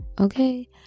okay